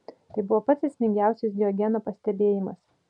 tai buvo pats esmingiausias diogeno pastebėjimas